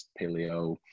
paleo